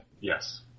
Yes